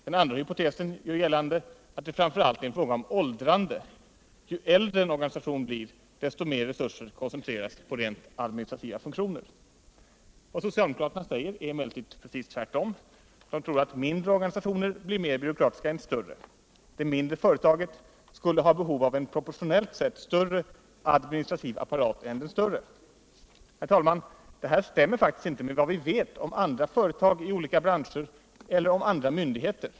Den andra hypotesen gör gällande au det framför allt är en fråga om åldrande —- ju äldre en organisation blir, desto mer resurser koncentreras på rent administrativa funktioner. Vad socialdemokraterna säger är cmellertid precis tvärtom. De tror att mindre organisationer blir mer byråkratiska än större. Det mindre företaget skulle ha behov av en proportionellt sett större administrativ apparat än det större. Herr talman! Detta stämmer faktiskt inte med vad vi vet om andra företag i olika branscher och andra myndigheter.